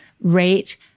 rate